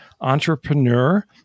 entrepreneur